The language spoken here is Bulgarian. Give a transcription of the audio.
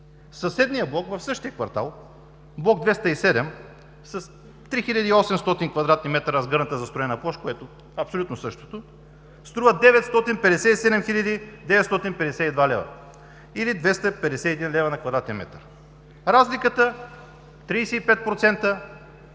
Съседният блок в същия квартал – бл. 207, с 3807 кв. м разгърната застроена площ, което е абсолютно същото, струва 957 952 лв., или 251 лв. на кв. м. Разликата е 35%